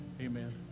Amen